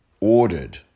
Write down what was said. ordered